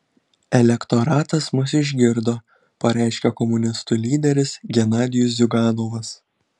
elektoratas mus išgirdo pareiškė komunistų lyderis genadijus ziuganovas